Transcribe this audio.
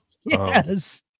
Yes